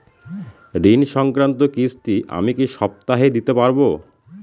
ঋণ সংক্রান্ত কিস্তি আমি কি সপ্তাহে দিতে পারবো?